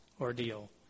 ordeal